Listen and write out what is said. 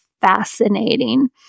fascinating